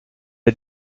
est